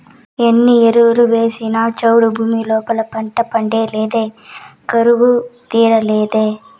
ఎన్ని ఎరువులు వేసినా చౌడు భూమి లోపల పంట పండేదులే కరువు తీరేదులే